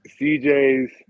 CJ's